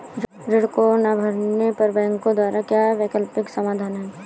ऋण को ना भरने पर बैंकों द्वारा क्या वैकल्पिक समाधान हैं?